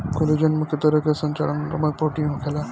collagen मुख्य तरह के संरचनात्मक प्रोटीन होखेला